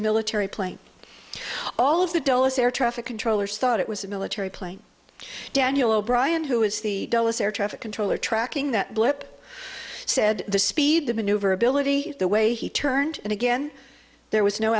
a military plane all of the dulles air traffic controllers thought it was a military plane daniel o'brien who is the dulles air traffic controller tracking that blip said the speed the maneuverability the way he turned and again there was no